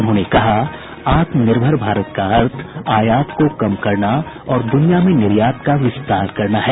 उन्होंने कहा आत्मनिर्भर भारत का अर्थ आयात को कम करना और दुनिया में निर्यात का विस्तार करना है